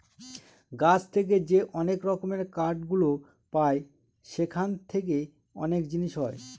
গাছ থেকে যে অনেক রকমের কাঠ গুলো পায় সেখান থেকে অনেক জিনিস হয়